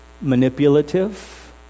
Manipulative